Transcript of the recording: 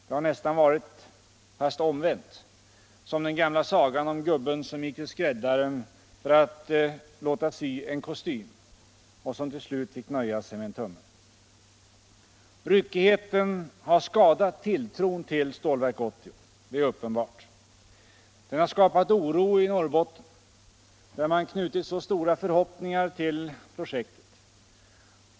Det har nästan varit, fast omvänt, som i den gamla sagan om gubben som gick till skräddaren för att låta sy en kostym och som till slut fick nöja sig med en tumme. Ryckigheten har skadat tilltron till Stålverk 80, det är uppenbart. Den har skapat oro i Norrbotten, där man knutit så stora förhoppningar till projektet.